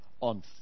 on